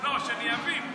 לא, שאני אבין.